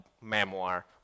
memoir